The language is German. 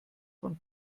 von